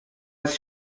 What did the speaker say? jest